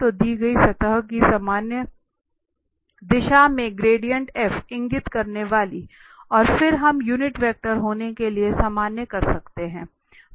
तो दी गई सतह की सामान्य दिशा में ग्रेडिएंट f इंगित करने वाली और फिर हम यूनिट वेक्टर होने के लिए सामान्य कर सकते हैं